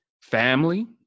family